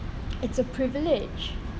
it's a privilege